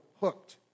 hooked